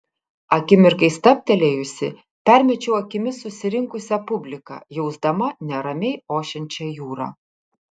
akimirkai stabtelėjusi permečiau akimis susirinkusią publiką jausdama neramiai ošiančią jūrą